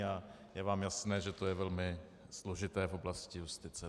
A je vám jasné, že to je velmi složité v oblasti justice.